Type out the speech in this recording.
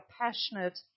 passionate